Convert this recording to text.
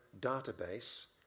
database